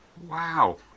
wow